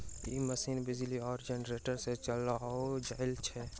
ई machine बिजली आ generator सॅ चलाओल जाइत छै